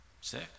sick